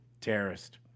Terrorist